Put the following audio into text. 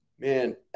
Man